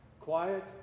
quiet